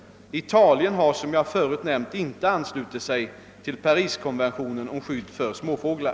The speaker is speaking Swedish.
Italien har som jag förut nämnt inte anslutit sig till Pariskonventionen om skydd för småfåglar.